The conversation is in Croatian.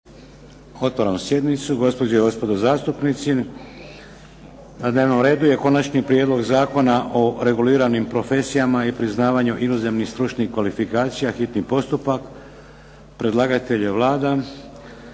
Otvaram sjednicu, gospođe i gospodo zastupnici. Na dnevnom redu je - Konačni prijedlog Zakona o reguliranim profesijama i priznavanju inozemnih stručnih kvalifikacija, hitni postupak, prvo